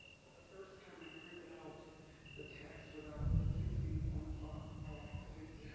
for the first time, i printed out the text without the sixteen point font by accident.